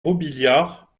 robiliard